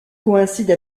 coïncide